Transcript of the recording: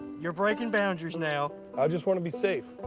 you're breaking boundaries now. i just wanna be safe.